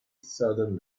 southern